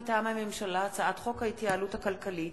מטעם הממשלה: הצעת חוק ההתייעלות הכלכלית